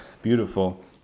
Beautiful